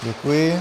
Děkuji.